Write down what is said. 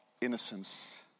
innocence